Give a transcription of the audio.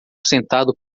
sentado